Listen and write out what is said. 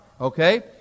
Okay